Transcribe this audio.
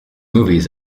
movies